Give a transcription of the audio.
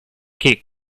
che